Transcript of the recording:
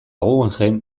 guggenheim